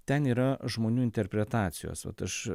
ten yra žmonių interpretacijos vat aš